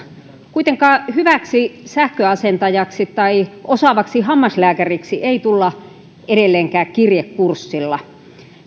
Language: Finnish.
kuitenkaan hyväksi sähköasentajaksi tai osaavaksi hammaslääkäriksi ei tulla edelleenkään kirjekurssilla